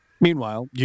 Meanwhile